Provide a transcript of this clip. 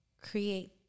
create